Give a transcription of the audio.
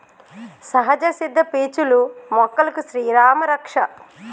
సహజ సిద్ద పీచులు మొక్కలకు శ్రీరామా రక్ష